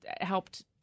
helped